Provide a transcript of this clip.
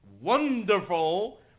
Wonderful